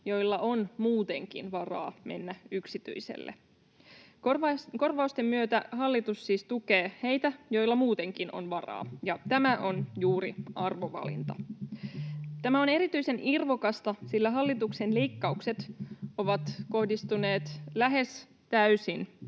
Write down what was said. joilla on muutenkin varaa mennä yksityiselle. Korvausten myötä hallitus siis tukee heitä, joilla muutenkin on varaa, ja tämä on juuri arvovalinta. Tämä on erityisen irvokasta, sillä hallituksen leikkaukset ovat kohdistuneet lähes täysin